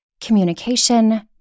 communication